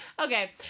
okay